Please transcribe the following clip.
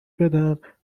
بدن